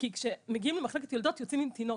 כי כשמגיעים למחלקת יולדות יוצאים עם תינוק,